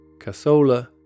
Casola